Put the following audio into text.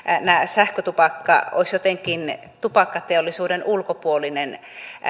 sähkötupakka olisi jotenkin tupakkateollisuuden ulkopuolinen